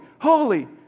holy